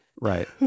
right